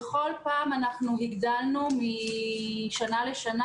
בכל פעם אנחנו הגדלנו משנה לשנה.